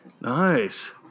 Nice